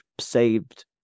saved